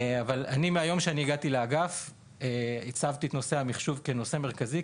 אבל מהיום שאני הגעתי לאגף הצבתי את נושא המחשוב כנושא מרכזי,